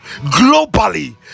globally